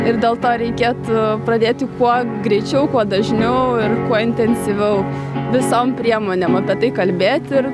ir dėl to reikėtų pradėti kuo greičiau kuo dažniau ir kuo intensyviau visom priemonėm apie tai kalbėti ir